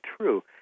true